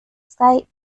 sky